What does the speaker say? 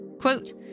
Quote